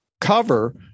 cover